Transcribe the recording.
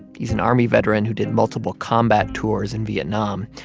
he's an army veteran who did multiple combat tours in vietnam.